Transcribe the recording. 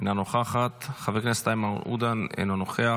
אינה נוכחת, חבר הכנסת איימן עודה, אינו נוכח.